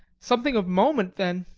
something of moment, then